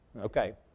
Okay